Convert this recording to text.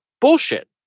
Bullshit